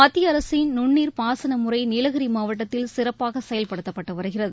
மத்திய அரசின் நுண்ணீர் பாசன முறை நீலகிரி மாவட்டத்தில் சிறப்பாக செயல்படுத்தப்பட்டு வருகிறது